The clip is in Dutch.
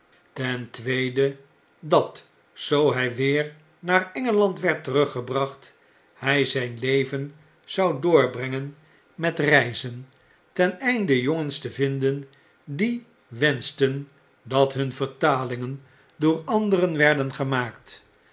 ten tweede dat zoo hg weer naar engeland werd teruggebracht hg zjn leven zou doorbrengen met reizen ten einde jongens te vinden die wenschten dat hun vertalingen door anderen werden gemaakt